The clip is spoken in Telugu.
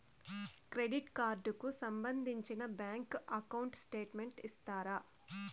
క్రెడిట్ కార్డు కు సంబంధించిన బ్యాంకు అకౌంట్ స్టేట్మెంట్ ఇస్తారా?